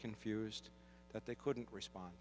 confused that they couldn't respond